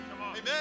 Amen